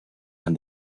and